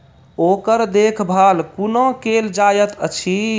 ओकर देखभाल कुना केल जायत अछि?